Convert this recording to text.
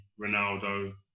Ronaldo